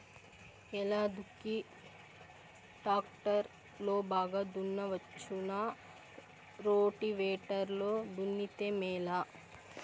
ఎలా దుక్కి టాక్టర్ లో బాగా దున్నవచ్చునా రోటివేటర్ లో దున్నితే మేలా?